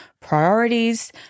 priorities